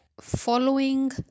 following